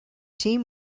team